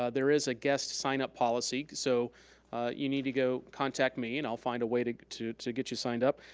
ah there is a guest sign up policy so you need to go contact me and i'll find a way to to get you signed up.